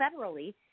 federally